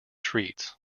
treats